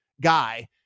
guy